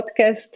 podcast